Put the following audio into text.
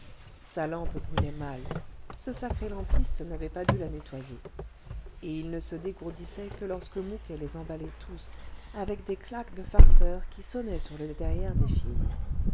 sa lampe brûlait mal ce sacré lampiste n'avait pas dû la nettoyer et il ne se dégourdissait que lorsque mouquet les emballait tous avec des claques de farceur qui sonnaient sur le derrière des filles